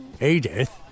Edith